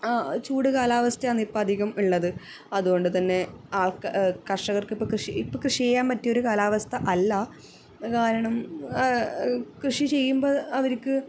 ചൂട് കാലാവസ്ഥയാണ് ഇപ്പം അധികം ഉള്ളത് അതുകൊണ്ട് തന്നെ ആക്ക് കർഷർക്കിപ്പം കൃഷി ഇപ്പം കൃഷി ചെയ്യാൻ പറ്റിയൊരു കാലാവസ്ഥ അല്ല കാരണം കൃഷി ചെയ്യുമ്പം അവർക്ക്